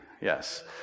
yes